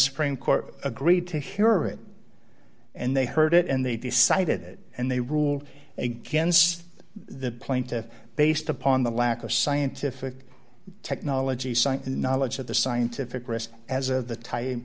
supreme court agreed to hear it and they heard it and they decided it and they ruled against the plaintiff based upon the lack of scientific technology site knowledge of the scientific rest as